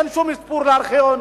אין שום אזכור של ארכיון,